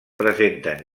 presenten